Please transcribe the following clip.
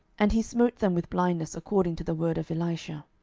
and he smote them with blindness according to the word of elisha.